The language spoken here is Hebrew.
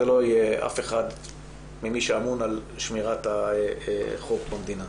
ולא יהיה אף אחד ממי שאמון על שמירת החוק במדינה.